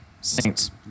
Saints